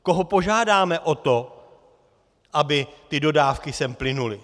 Koho požádáme o to, aby ty dodávky sem plynuly?